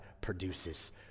produces